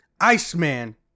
Iceman